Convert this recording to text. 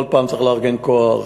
כל פעם צריך לארגן כוח,